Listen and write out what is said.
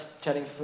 chatting